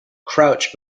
crouch